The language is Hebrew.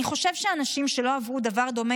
אני חושב שאנשים שלא עברו דבר דומה,